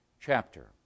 chapter